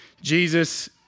Jesus